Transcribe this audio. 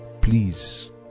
Please